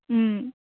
ಹ್ಞೂ